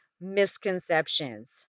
misconceptions